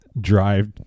drive